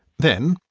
then,